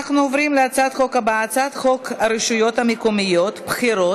לדיון בהצעת חוק להגברת התחרות ולצמצום הריכוזיות בשוק הבנקאות בישראל,